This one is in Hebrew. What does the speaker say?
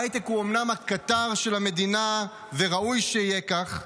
ההייטק הוא אומנם הקטר של המדינה, וראוי שיהיה כך,